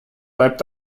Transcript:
bleibt